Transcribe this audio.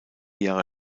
jahre